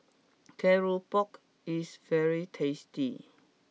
Keropok is very tasty